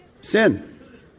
Sin